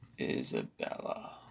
Isabella